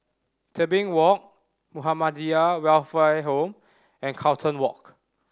Tebing Walk Muhammadiyah Welfare Home and Carlton Walk